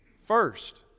First